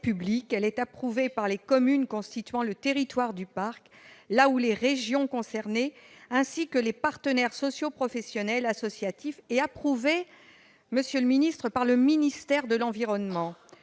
Elle est approuvée par les communes constituant le territoire du parc, par la ou les régions concernées, ainsi que par les partenaires socioprofessionnels et associatifs. Enfin, elle est approuvée par le ministère de l'environnement.